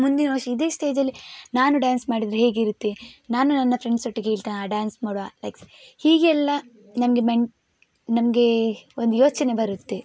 ಮುಂದಿನ ವರ್ಷ ಇದೇ ಸ್ಟೇಜಲ್ಲಿ ನಾನು ಡ್ಯಾನ್ಸ್ ಮಾಡಿದರೆ ಹೇಗಿರುತ್ತೆ ನಾನು ನನ್ನ ಫ್ರೆಂಡ್ಸ್ ಒಟ್ಟಿಗೆ ಹೇಳ್ತಾ ಡ್ಯಾನ್ಸ್ ಮಾಡುವ ನೆಕ್ಸ್ಟ್ ಹೀಗೆಲ್ಲ ನಮಗೆ ಮೆನ್ ನಮಗೆ ಒಂದು ಯೋಚನೆ ಬರುತ್ತೆ